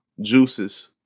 juices